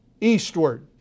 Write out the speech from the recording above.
eastward